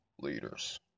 leaders